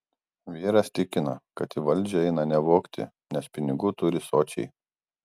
vyras tikina kad į valdžią eina ne vogti nes pinigų turi sočiai